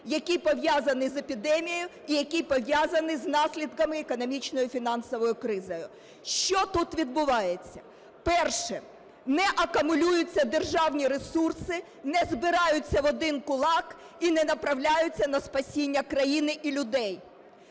який пов'язаний з епідемією і який пов'язаний з наслідками економічної і фінансової кризи. Що тут відбувається? Перше. Не акумулюються державні ресурси, не збираються в один кулак і не направляються на спасіння країни і людей.